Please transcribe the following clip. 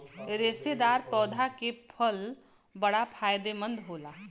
रेशेदार पौधा के फल बड़ा फायदेमंद होला